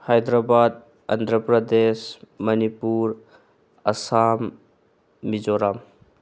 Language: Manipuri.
ꯍꯥꯏꯗ꯭ꯔꯕꯥꯠ ꯑꯟꯗ꯭ꯔ ꯄ꯭ꯔꯗꯦꯁ ꯃꯅꯤꯄꯨꯔ ꯑꯁꯥꯝ ꯃꯤꯖꯣꯔꯥꯝ